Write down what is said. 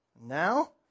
Now